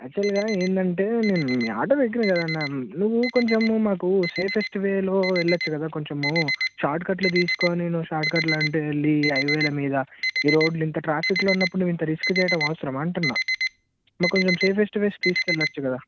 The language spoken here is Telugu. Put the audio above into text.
యాక్చువల్గా ఏంటంటే నేను మీ ఆటోలో ఎక్కినా కదన్నా నువ్వు కొంచెము మాకు సేఫెస్ట్ వేలో వెళ్ళచ్చు కదా కొంచెము షార్ట్కట్లు తీసుకొని నువ్వు షార్ట్కట్లు అంటూ వెళ్ళి హైవేల మీద ఈ రోడ్లు ఇంత ట్రాఫిక్లో ఉన్నప్పుడు నువ్వు ఇంత రిస్క్ చేయటం అవసరమా అంటన్నా ట్రాఫిక్ మీద అవసరమా అంటున్నా మాకు కొంచెం సేపెస్ట్ వేస్ తీసుకెళ్ళచ్చు కదా